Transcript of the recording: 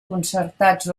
concertats